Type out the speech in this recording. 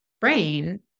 brain